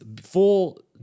full